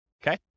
Okay